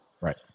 right